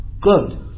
good